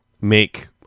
make